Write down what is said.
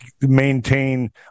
maintain